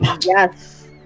Yes